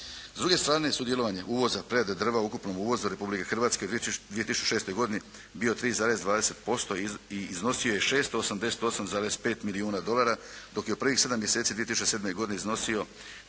S druge strane sudjelovanje uvoza prerade drva u ukupnom uvozu Republike Hrvatske u 2006. godini bio 3,20% i iznosio je 688,5 milijuna dolara dok je u prvih 7 mjeseci u 2007. godini iznosio